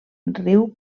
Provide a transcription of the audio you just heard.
riu